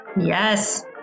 Yes